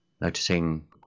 Noticing